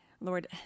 Lord